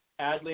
Adley